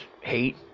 hate